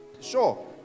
Sure